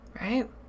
Right